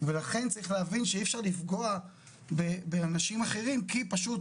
ולכן צריך להבין שאי אפשר לפגוע באנשים אחרים כי פשוט